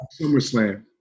SummerSlam